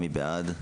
מי בעד?